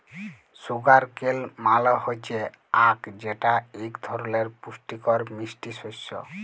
sugar কেল মাল হচ্যে আখ যেটা এক ধরলের পুষ্টিকর মিষ্টি শস্য